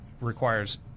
requires